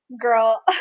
girl